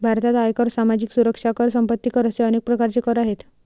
भारतात आयकर, सामाजिक सुरक्षा कर, संपत्ती कर असे अनेक प्रकारचे कर आहेत